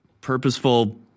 purposeful